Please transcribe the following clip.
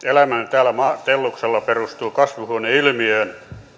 elämä täällä telluksella perustuu kasvihuoneilmiöön